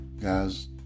Guys